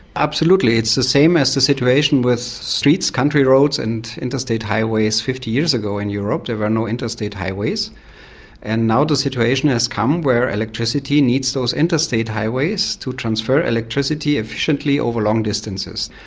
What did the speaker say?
absolutely, it's the same as the situation with streets, country roads and interstate highways. fifty years ago in europe there were no interstate highways and now the situation has come where electricity needs those interstate highways to transfer electricity efficiently over long distances.